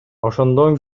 ошондон